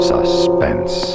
Suspense